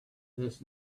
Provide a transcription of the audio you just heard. this